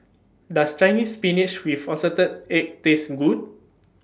Does Chinese Spinach with Assorted Eggs Taste Good